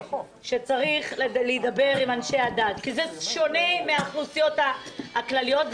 שצריך להידבר עם אנשי הדת כי זה שונה מהאוכלוסיות הכלליות,